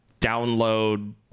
download